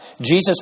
Jesus